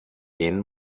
gehen